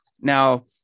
now